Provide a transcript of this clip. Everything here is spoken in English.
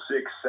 six